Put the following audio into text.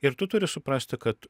ir tu turi suprasti kad